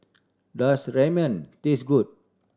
does Ramen taste good